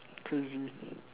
crazy